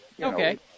Okay